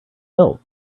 belt